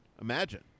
Imagine